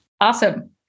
Awesome